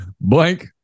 blank